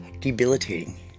debilitating